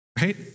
Right